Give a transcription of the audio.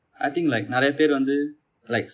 I think like நிரைய பேர் வந்து:niraiya per vanthu like